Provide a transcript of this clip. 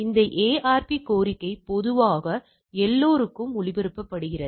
இந்த ARP கோரிக்கை பொதுவாக எல்லோருக்கும் ஒளிபரப்பப்படுகிறது